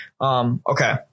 Okay